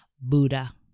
Buddha